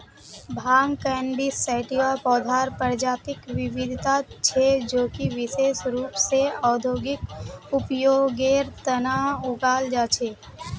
भांग cannabis sativa पौधार प्रजातिक विविधता छे जो कि विशेष रूप स औद्योगिक उपयोगेर तना उगाल जा छे